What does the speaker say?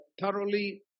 thoroughly